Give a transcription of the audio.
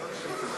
נתקבל.